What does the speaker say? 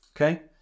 Okay